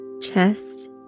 chest